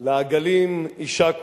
לעגלים יישקון.